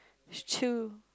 two